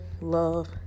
love